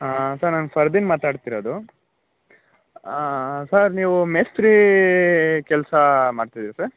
ಹಾಂ ಸರ್ ನಾನು ಫರ್ದೀನ್ ಮಾತಾಡ್ತಿರೋದು ಸರ್ ನೀವು ಮೇಸ್ತ್ರಿ ಕೆಲಸ ಮಾಡ್ತಿದ್ದೀರಾ ಸರ್